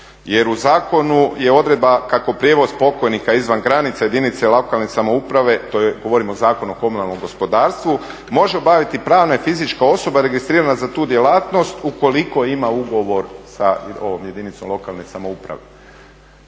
jer u zakonu je odredba kako prijevoz pokojnika izvan granica jedinice lokalne samouprave, govorim o Zakonu o komunalnom gospodarstvu, može obavljati pravna i fizička osoba registrirana za tu djelatnost ukoliko ima ugovor sa jedinicom lokalne samouprave.